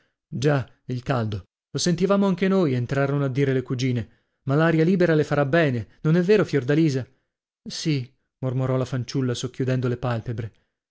già il caldo lo sentivamo anche noi entrarono a dire le cugine ma l'aria libera le farà bene non è vero fiordalisa sì mormorò la fanciulla socchiudendo le palpebre